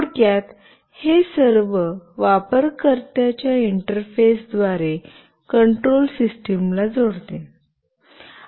थोडक्यात हे योग्य वापरकर्त्याच्या इंटरफेसद्वारे कंट्रोल सिस्टमला जोडते